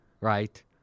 right